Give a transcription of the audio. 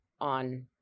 on